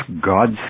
God's